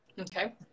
Okay